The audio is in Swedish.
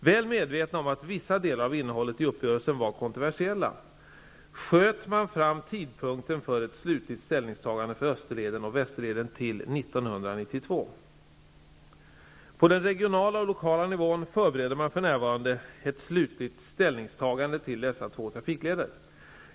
Väl medveten om att vissa delar av innehållet i uppgörelsen var kontroversiella sköt man fram tidpunkten för ett slutligt ställningstagande till På den regionala och lokala nivån förbereder man för närvarande ett slutgiltigt ställningstagande till dessa två trafikleder.